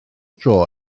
dro